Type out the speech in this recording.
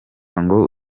ngo